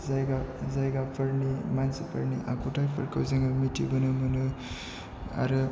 जायगा जायगाफोरनि मानसिफोरनि आखुथायफोरखौ जोङो मिथिबोनो मोनो आरो